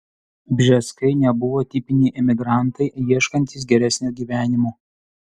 bžeskai nebuvo tipiniai emigrantai ieškantys geresnio gyvenimo